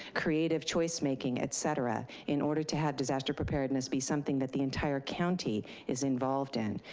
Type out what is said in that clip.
creative choice making, et cetera, in order to have disaster preparedness be something that the entire county is involved in.